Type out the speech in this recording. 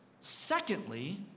Secondly